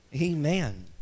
amen